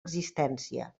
existència